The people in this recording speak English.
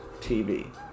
TV